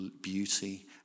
beauty